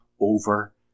over